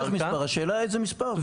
--- מספר, השאלה איזה מספר זה?